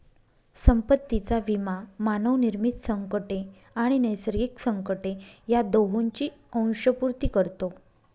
संपत्तीचा विमा मानवनिर्मित संकटे आणि नैसर्गिक संकटे या दोहोंची अंशपूर्ती करतो